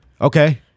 Okay